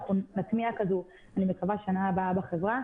אנחנו נטמיע כזו אני מקווה - בשנה הבאה בחברה,